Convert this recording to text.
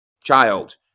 child